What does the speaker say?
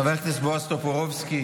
חבר הכנסת בועז טופורובסקי,